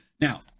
Now